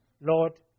Lord